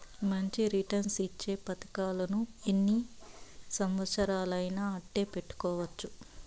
మంచి రిటర్న్స్ ఇచ్చే పతకాలను ఎన్ని సంవచ్చరాలయినా అట్టే పెట్టుకోవచ్చు